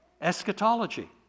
eschatology